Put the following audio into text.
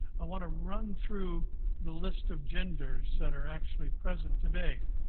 i want to run through the list of genders that are actually present today.